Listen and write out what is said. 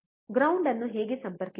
ground ಅನ್ನು ಹೇಗೆ ಸಂಪರ್ಕಿಸುವುದು